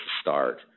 start